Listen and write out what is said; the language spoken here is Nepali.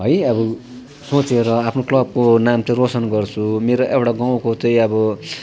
है अब सोचेर आफ्नो क्लबको नाम चाहिँ रोसन गर्छु मेरो एउटा गाउँको चाहिँ अब